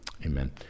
Amen